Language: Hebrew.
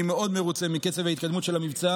אני מרוצה מאוד מקצב ההתקדמות של המבצע,